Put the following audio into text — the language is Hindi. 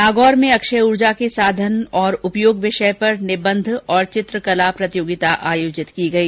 नागौर में अक्षय ऊर्जा के साधन और उपयोग विषय पर निबंध और चित्रकला प्रतियोगिता आयोजित की गई